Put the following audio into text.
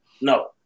No